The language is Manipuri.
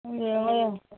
ꯌꯦꯡꯉꯣ ꯌꯦꯡꯉꯣ